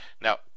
Now